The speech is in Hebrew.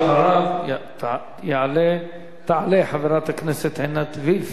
אחריו תעלה חברת הכנסת עינת וילף.